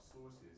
sources